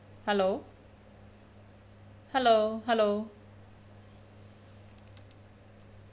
hello hello hello